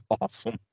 Awesome